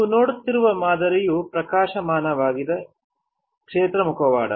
ನೀವು ನೋಡುತ್ತಿರುವ ಮಾದರಿಯು ಪ್ರಕಾಶಮಾನವಾಗಿದೆ ಕ್ಷೇತ್ರ ಮುಖವಾಡ